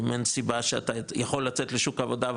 אם אין סיבה שאתה יכול לצאת לשוק העבודה,